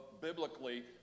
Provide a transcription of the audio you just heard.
biblically